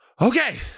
Okay